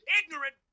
ignorant